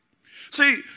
See